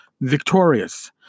Victorious